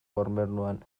gobernuan